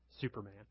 Superman